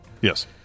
Yes